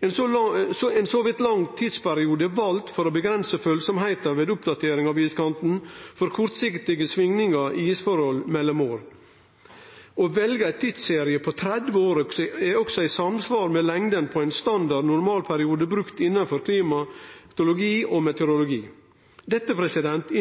Ein så vidt lang tidsperiode er vald for å avgrense følsemda ved oppdatering av iskanten for kortsiktige svingingar i isforholda mellom år. Å velje ein tidsserie på 30 år er også i samsvar med lengda på ein standard normalperiode brukt innanfor klimatologi og meteorologi. Dette